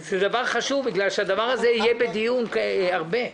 בגלל שהדבר הזה יעלה הרבה בדיון.